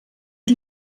die